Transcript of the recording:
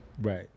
Right